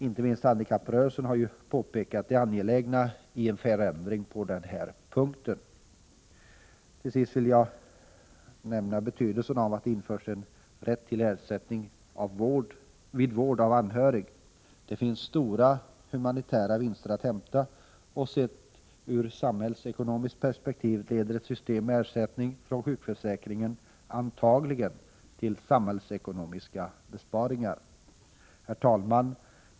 Inte minst handikapprörelsen har påpekat det angelägna i en förändring på den här punkten. Till sist vill jag påpeka betydelsen av att det införs en rätt till ersättning vid vård av anhörig. Det finns stora humanitära vinster att hämta, och sett ur ett samhällsekonomiskt perspektiv leder ett system med ersättning från sjukförsäkringen antagligen till samhällsekonomiska besparingar. Herr talman!